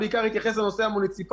אני בעיקר אתייחס לנושא המוניציפלי,